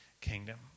kingdom